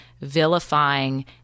vilifying